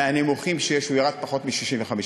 הוא מהנמוכים שיש, ירד לפחות מ-65%.